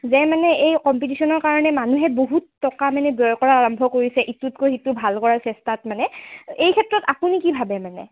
যে মানে এই কম্পিটিশ্যনৰ কাৰণে মানুহে বহুত টকা মানে ব্যয় কৰা আৰম্ভ কৰিছে ইটোতকৈ সিটো ভাল কৰাৰ চেষ্টাত মানে এই ক্ষেত্ৰত আপুনি কি ভাবে মানে